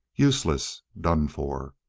useless, done for.